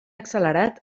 accelerat